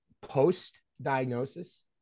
post-diagnosis